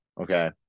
okay